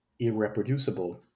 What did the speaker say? irreproducible